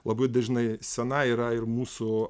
labai dažnai scena yra ir mūsų